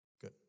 Good